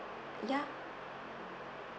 ya